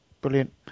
Brilliant